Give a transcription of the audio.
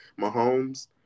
Mahomes